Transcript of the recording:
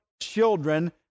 children